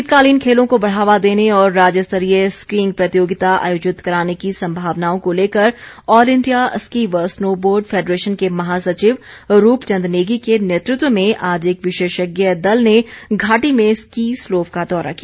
शीतकालीन खेलों को बढ़ावा देने और राज्यस्तरीय स्कींईग प्रतियोगिता आयोजित कराने की सम्भावनाओं को लेकर ऑल इंडिया स्की व स्नो बोर्ड फैडरेशन के महासचिव रूप चंद नेगी के नेतृत्व में आज एक विशेषज्ञ दल ने घाटी में स्की स्लोव का दौरा किया